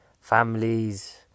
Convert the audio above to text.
families